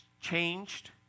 changed